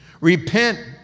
Repent